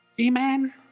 Amen